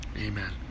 Amen